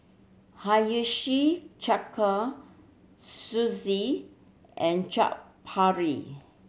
Hiyashi Sushi and Chaat Papri